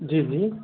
जी जी